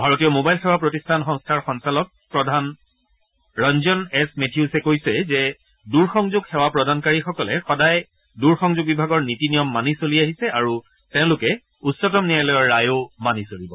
ভাৰতীয় ম'বাইল সেৱা প্ৰতিষ্ঠান সংস্থাৰ সঞ্চালক প্ৰধান ৰঞ্জন এছ মেথিউচে কৈছে যে দূৰসংযোগ সেৱা প্ৰদানকাৰীসকলে সদায় দূৰ সংযোগ বিভাগৰ নীতি নিয়ম মানি চলি আহিছে আৰু তেওঁলোকে উচ্চতম ন্যায়ালয়ৰ ৰায়ো মানি চলিব